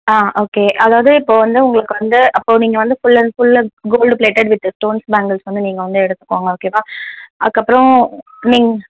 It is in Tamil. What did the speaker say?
ஆ ஓகே அதாவது இப்போது வந்து உங்களுக்கு வந்து அப்போது நீங்கள் வந்து full and full gold plated with stones bangles வந்து நீங்கள் வந்து எடுத்துக்கோங்க ஓகேவா அதுக்கப்புறம் நீங்